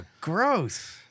gross